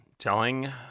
telling